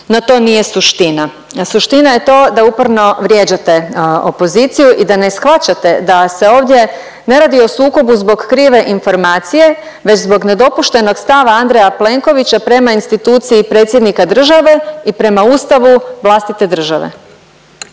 no to nije suština. Suština je to da uporno vrijeđate opoziciju i da ne shvaćate da se ovdje ne radi o sukobu zbog krive informacije već zbog nedopuštenog stava Andreja Plenkovića prema instituciji predsjednika države i prema Ustavu vlastite države.